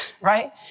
right